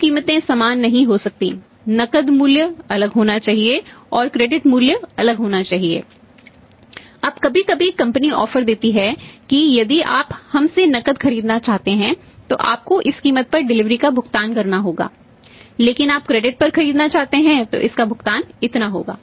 दो कीमतें समान नहीं हो सकती नकद मूल्य अलग होना चाहिए और क्रेडिट पर खरीदना चाहते हैं तो इसका भुगतान इतना होगा